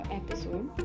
episode